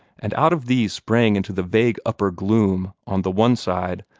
and out of these sprang into the vague upper gloom on the one side,